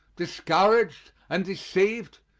discouraged and deceived,